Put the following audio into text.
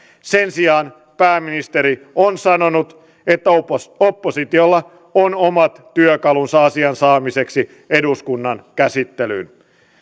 sen sijaan pääministeri on sanonut että oppositiolla on omat työkalunsa asian saattamiseksi eduskunnan käsittelyyn